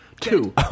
Two